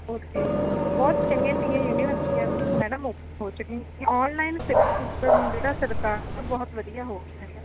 ਉੱਥੇ ਬਹੁਤ ਚੰਗੀਆਂ ਚੰਗੀਆਂ ਯੂਨੀਵਰਸਿਟੀਆਂ ਮੈਡਮ ਹੋ ਚੁੱਕੀ ਔਨਲਾਈਨ ਸਿਸਟਮ ਜਿਹੜਾ ਸਰਕਾਰ ਦਾ ਬਹੁਤ ਵਧੀਆ ਹੋ ਹੈਗਾ